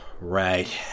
Right